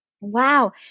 wow